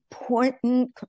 important